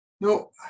No